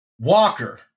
Walker